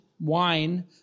wine